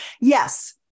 Yes